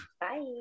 Bye